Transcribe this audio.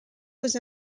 was